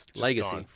Legacy